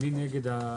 מי נגד?